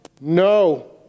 No